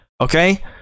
okay